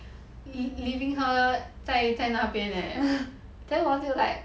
leave~ leaving her 在在那边 leh then 我就 like